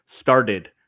started